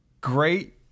great